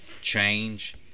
change